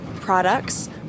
products